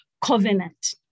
covenant